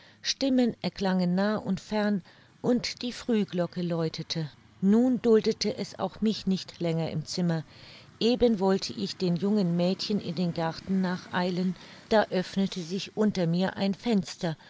stimmen erklangen nah und fern und die frühglocke läutete nun duldete es auch mich nicht länger im zimmer eben wollte ich den jungen mädchen in den garten nacheilen da öffnete sich unter mir ein fenster